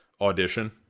audition